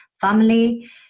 family